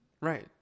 Right